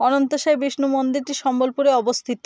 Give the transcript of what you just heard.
অনন্তশায়ী বিষ্ণু মন্দিরটি সম্বলপুরে অবস্থিত